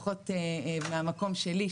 לפחות מהמקום שלי,